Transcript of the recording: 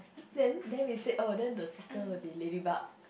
then then we said then the sister will be ladybug